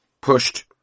pushed